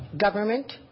government